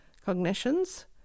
cognitions